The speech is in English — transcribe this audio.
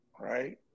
Right